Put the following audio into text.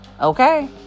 Okay